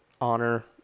honor